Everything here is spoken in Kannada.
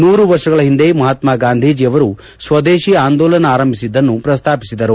ನೂರು ವರ್ಷಗಳ ಹಿಂದೆ ಮಹಾತ್ಮ ಗಾಂಧೀಜಿಯವರು ಸ್ವದೇಶಿ ಆಂದೋಲನ ಆರಂಭಿಸಿದ್ದನ್ನು ಪ್ರಸ್ತಾಪಿಸಿದರು